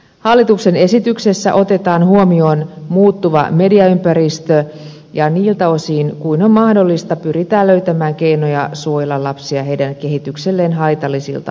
hallituksen esityksessä otetaan huomioon muuttuva mediaympäristö ja niiltä osin kuin on mahdollista pyritään löytämään keinoja suojella lapsia heidän kehitykselleen haitallisilta ohjelmilta